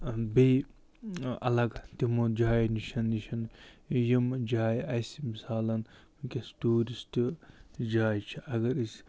بیٚیہِ اَلگ تِمَو جایَو نِش ییٚمہِ جایہِ اَسہِ مِثالَن ؤنکیٚنَس ٹوٗرِسٹ جایہِ چھےٚ اگر أسۍ